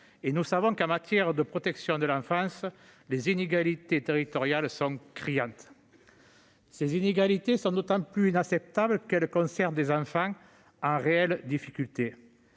Nous le savons, en matière de protection de l'enfance, les inégalités territoriales sont criantes. Ces inégalités sont d'autant plus inacceptables qu'elles concernent des enfants en réelles difficultés.